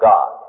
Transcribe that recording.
God